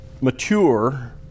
mature